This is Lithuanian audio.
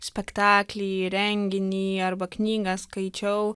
spektaklį renginį arba knygą skaičiau